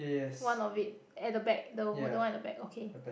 one of it at the back the the one at the back okay